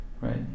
Right